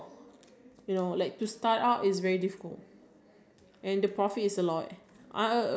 Kay we gonna start a business I need this profit okay cool and then you need like maybe six month